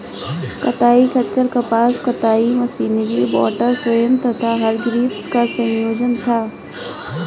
कताई खच्चर कपास कताई मशीनरी वॉटर फ्रेम तथा हरग्रीव्स का संयोजन था